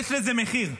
יש לזה מחיר.